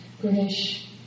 British